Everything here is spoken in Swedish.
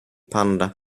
panda